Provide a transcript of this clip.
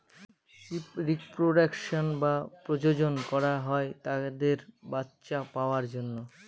sheep reproduction বা প্রজনন করা হয় তাদের বাচ্চা পাওয়ার জন্য